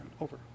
Over